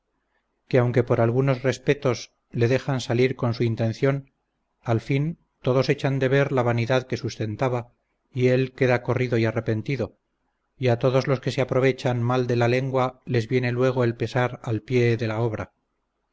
que aunque por algunos respetos le dejan salir con su intención al fin todos echan de ver la vanidad que sustentaba y él queda corrido y arrepentido y a todos los que se aprovechan mal de la lengua les viene luego el pesar al pie de la obra